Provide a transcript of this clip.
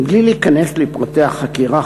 בלי להיכנס לפרטי החקירה,